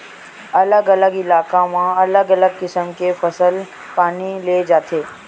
अलगे अलगे इलाका म अलगे अलगे किसम के फसल पानी ले जाथे